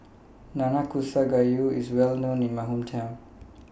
Nanakusa Gayu IS Well known in My Hometown